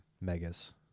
Megas